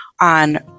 on